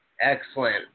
Excellent